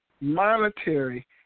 monetary